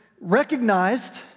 recognized